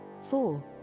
four